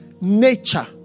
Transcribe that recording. nature